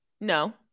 No